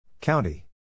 County